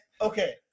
Okay